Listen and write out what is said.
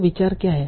तो विचार क्या है